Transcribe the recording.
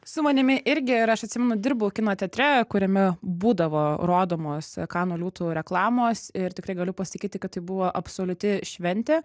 su manimi irgi ir aš atsimenu dirbau kino teatre kuriame būdavo rodomos kanų liūtų reklamos ir tikrai galiu pasakyti kad tai buvo absoliuti šventė